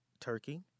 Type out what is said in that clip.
turkey